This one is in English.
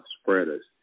spreaders